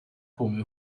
come